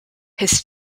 his